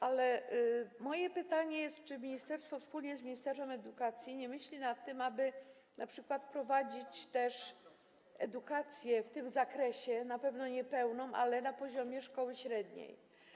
Ale moje pytanie jest takie: Czy w ministerstwo wspólnie z ministerstwem edukacji nie myśli nad tym, aby np. wprowadzić też edukację w tym zakresie, na pewno nie pełną, ale na poziomie szkoły średniej?